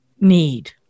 need